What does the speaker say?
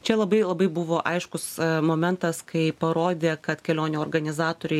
čia labai labai buvo aiškus momentas kai parodė kad kelionių organizatoriai